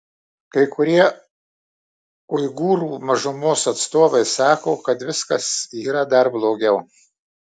kai kurie uigūrų mažumos atstovai sako kad viskas yra dar blogiau